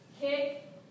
Kick